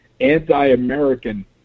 anti-American